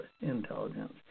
intelligence